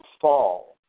fall